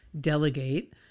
delegate